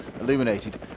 illuminated